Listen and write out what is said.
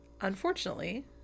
unfortunately